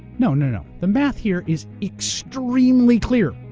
no, no, no. the math here is extremely clear.